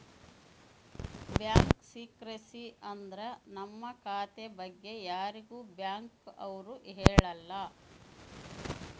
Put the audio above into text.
bank secrecy ಅಂದ್ರ ನಮ್ ಖಾತೆ ಬಗ್ಗೆ ಯಾರಿಗೂ ಬ್ಯಾಂಕ್ ಅವ್ರು ಹೇಳಲ್ಲ